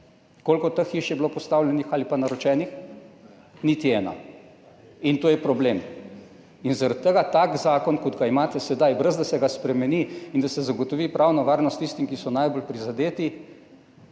Koliko teh hiš je bilo postavljenih ali pa naročenih? Niti ena. To je problem. Zaradi tega takega zakona, kot ga imate sedaj, brez da se ga spremeni in zagotovi pravno varnost tistim, ki so najbolj prizadeti,